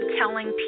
telling